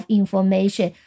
information